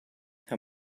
how